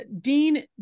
Dean